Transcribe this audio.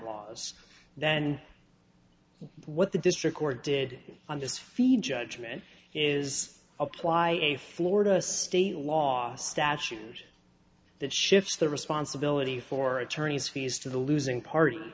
laws then what the district court did on this feed judgment is apply a florida state law statute and that shifts the responsibility for attorney's fees to the losing party